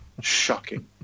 Shocking